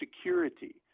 security